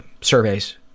surveys